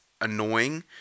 annoying